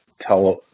tell